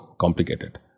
complicated